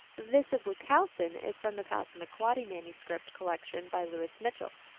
this of wuchowsen is from the passa maquoddy manuscript collection by louis mitchell.